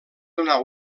donar